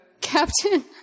captain